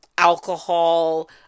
alcohol